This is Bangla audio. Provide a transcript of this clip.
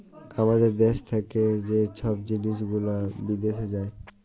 আমাদের দ্যাশ থ্যাকে যে ছব জিলিস গুলা বিদ্যাশে যায়